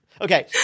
Okay